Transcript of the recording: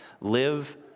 live